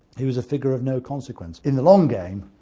he was a figure of no consequence. in the long game,